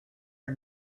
are